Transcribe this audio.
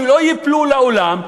הם לא ייפלו לעולם.